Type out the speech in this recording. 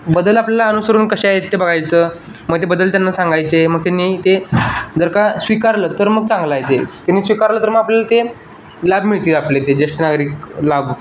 बदल आपल्याला अनुसरून कसे आहेत ते बघायचं मग ते बदल त्यांना सांगायचे मग त्यांनी ते जर का स्वीकारलं तर मग चांगलं आहे तेच त्यांनी स्वीकारलं तर मग आपल्याला ते लाभ मिळतील आपले ते ज्येष्ठ नागरिक लाभ